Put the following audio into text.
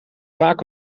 vaak